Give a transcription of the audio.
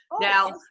Now